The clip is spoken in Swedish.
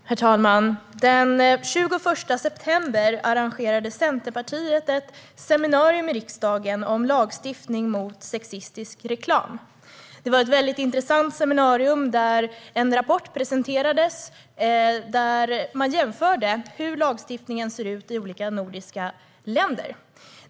Herr talman! Den 21 september arrangerade Centerpartiet ett seminarium i riksdagen om lagstiftning mot sexistisk reklam. Det var ett intressant seminarium där en rapport presenterades där lagstiftningen i olika nordiska länder jämfördes.